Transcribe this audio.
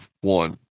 one